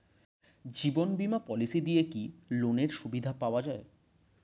জীবন বীমা পলিসি দিয়ে কি লোনের সুবিধা পাওয়া যায়?